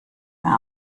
mehr